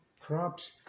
crops